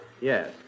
Yes